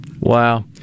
Wow